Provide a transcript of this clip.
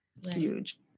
huge